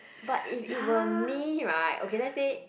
but if it were me right okay let's say